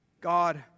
God